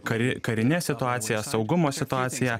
kari karine situacija saugumo situacija